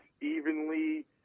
evenly –